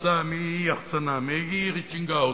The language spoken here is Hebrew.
כתוצאה מאי-יחצון, מאי-reaching out,